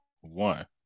one